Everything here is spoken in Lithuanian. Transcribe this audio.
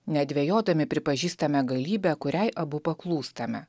nedvejodami pripažįstame galybę kuriai abu paklūstame